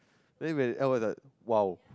then when L_O_L its like !wow!